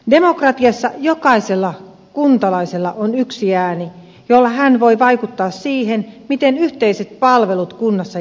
demokratiassa jokaisella kuntalaisella on yksi ääni jolla hän voi vaikuttaa siihen miten yhteiset palvelut kunnassa järjestetään